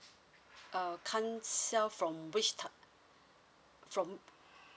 uh can't sell from which type from